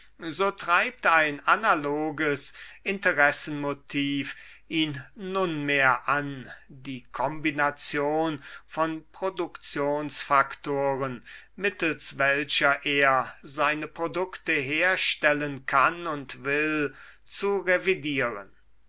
so treibt ein analoges interessenmotiv ihn nunmehr an die kombination von produktionsfaktoren mittels welcher er seine produkte herstellen kann und will zu revidieren